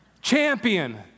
Champion